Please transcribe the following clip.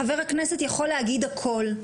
חבר כנסת יכול להגיד הכול.